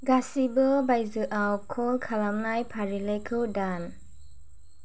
गासिबो बायजोआव कल खालामनाय फारिलाइखौ दान